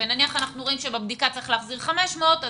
ונניח אנחנו רואים בבדיקה שצריך להחזיר 500 מיליון שקלים,